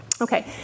Okay